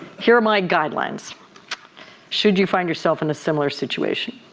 here are my guidelines should you find yourself in a similar situation.